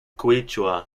quechua